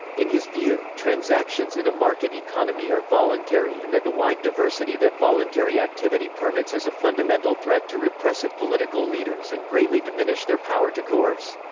in his view, transactions in a market economy are voluntary and that the wide diversity that voluntary activity permits is a fundamental threat to repressive political leaders and greatly diminish their power to coerce.